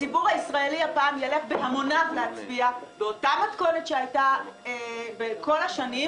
הציבור הישראלי הפעם ילך בהמוניו להצביע באותה מתכונת שהייתה בכל השנים,